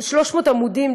300 עמודים,